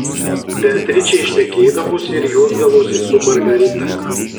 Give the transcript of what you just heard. beatričė šnekėdavosi ir juokdavosi su margarita